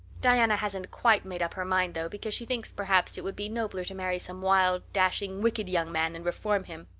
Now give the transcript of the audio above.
diana hasn't quite made up her mind though, because she thinks perhaps it would be nobler to marry some wild, dashing, wicked young man and reform him.